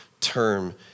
term